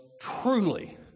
truly